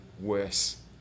worse